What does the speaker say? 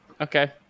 Okay